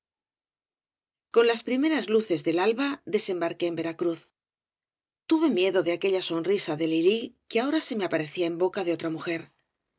jonlaspri meras luces del alba desembarqué en veras cruz tuve miedo i de aquella sonrisa de lili que ahora i se me aparecía en boca de otra mujer